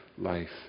life